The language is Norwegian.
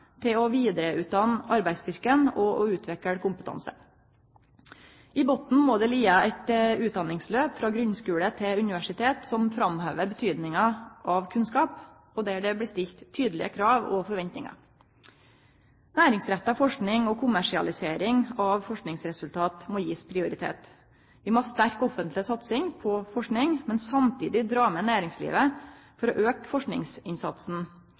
til å vidareutdanne arbeidsstyrken og utvikle kompetanse. I botnen må det liggje eit utdanningsløp frå grunnskule til universitet som framhevar betydinga av kunnskap, og der det blir stilt tydelege krav og forventningar. Næringsretta forsking og kommersialisering av forskingsresultat må bli gitt prioritet. Vi må ha sterk offentleg satsing på forsking, men samtidig dra med næringslivet for å auke forskingsinnsatsen,